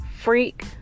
freak